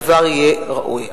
הדבר יהיה ראוי.